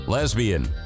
Lesbian